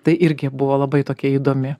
tai irgi buvo labai tokia įdomi